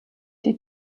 die